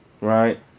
right